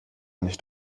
nicht